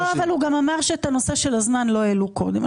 אבל הוא אמר שאת הנושא של הזמן לא העלו בפניו קודם לכן.